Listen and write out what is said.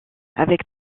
avec